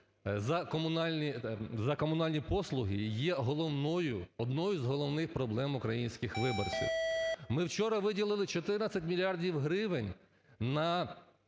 за комунальні послуги є головною, одною з головних проблем українських виборців. Ми вчора виділили 14 мільярдів гривень на